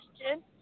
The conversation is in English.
question